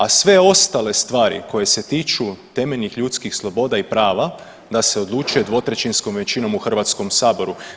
A sve ostale stvari koje se tiču temeljnih ljudskih sloboda i prava da se odluče dvotrećinskom većinom u Hrvatskom saboru.